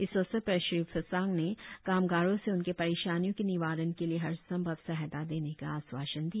इस अवसर पर श्री फास्सांग ने कामगारो से उनके परेशानियो के निवारण के लिए हर संभव सहायता देने का आश्वासन दिया